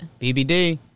BBD